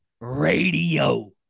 Radio